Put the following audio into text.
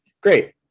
great